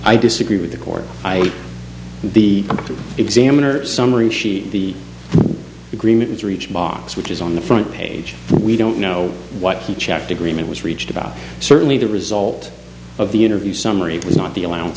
i disagree with the core the examiner summary sheet the agreement reached box which is on the front page we don't know what he checked agreement was reached about certainly the result of the interview summary it was not the allowance